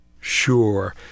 Sure